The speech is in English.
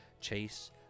chase